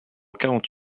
quarante